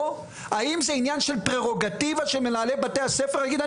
האם זה עניין של פררוגטיבה שמנהלי בתי הספר יגידו,